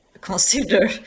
consider